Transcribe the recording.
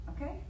okay